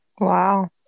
Wow